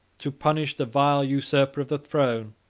to punish the vile usurper of the throne,